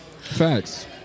facts